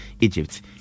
Egypt